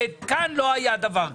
כאן לא היה דבר כזה.